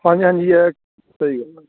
ਹਾਂਜੀ ਹਾਂਜੀ ਹੈ ਸਹੀ